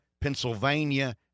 Pennsylvania